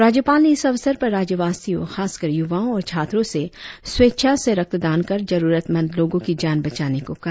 राज्यपाल ने इस अवसर पर राज्यवासियों खासकर युवाओं और छात्रों से स्वेच्छा से रक्त दान कर जरूरतमंद लोगों की जान बचाने को कहा